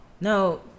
No